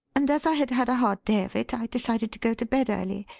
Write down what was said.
and as i had had a hard day of it, i decided to go to bed early,